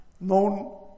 known